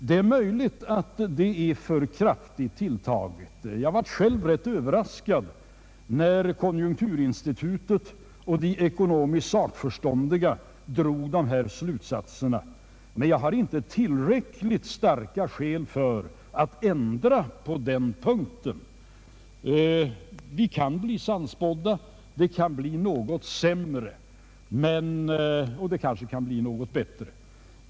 Det är möjligt att den är för kraftigt tilltagen. Jag blev själv rätt överraskad, när konjunkturinstitutet och de ekonomiskt sakförståndiga drog dessa slutsatser, men jag hade inte tillräckligt starka skäl för att göra ändringar på den punkten. De kan bli sannspådda, resultatet kan bli något sämre, och det kanske kan bli något bättre.